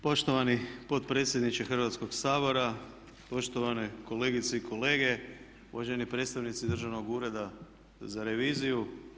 Poštovani potpredsjedniče Hrvatskog sabora, poštovane kolegice i kolege, uvaženi predstavnici Državnog ureda za reviziju.